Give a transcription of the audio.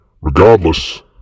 Regardless